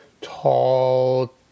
tall